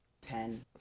ten